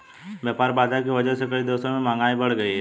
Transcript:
व्यापार बाधा की वजह से कई देशों में महंगाई बढ़ गयी है